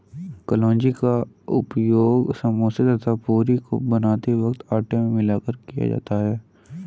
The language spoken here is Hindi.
कलौंजी का उपयोग समोसा तथा पूरी को बनाते वक्त आटे में मिलाकर किया जाता है